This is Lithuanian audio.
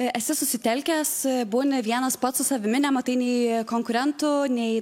esi susitelkęs būni vienas pats su savimi nematai nei konkurentų nei